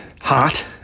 hot